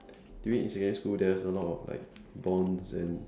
during in secondary school there's a lot of like bonds and